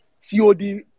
COD